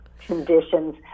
conditions